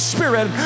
Spirit